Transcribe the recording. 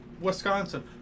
Wisconsin